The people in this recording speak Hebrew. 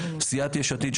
סיעת יש עתיד,